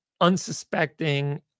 unsuspecting